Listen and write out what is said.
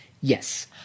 Yes